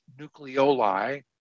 nucleoli